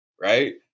right